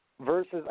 versus